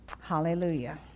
Hallelujah